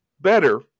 better